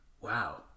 wow